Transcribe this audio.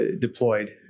deployed